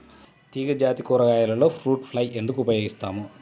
తీగజాతి కూరగాయలలో fruit fly ఎందుకు ఉపయోగిస్తాము?